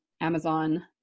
Amazon